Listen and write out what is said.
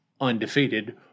undefeated